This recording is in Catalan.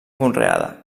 conreada